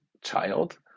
child